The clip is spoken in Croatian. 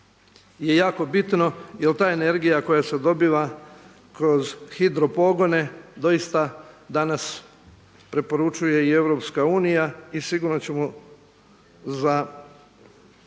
je jako bitno jer ta energija koja se dobiva kroz hidro pogone doista danas preporučuje i EU i sigurno ćemo za